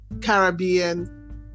caribbean